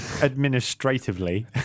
administratively